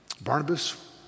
Barnabas